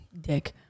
dick